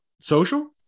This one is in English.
social